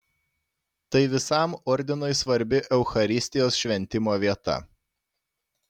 tai visam ordinui svarbi eucharistijos šventimo vieta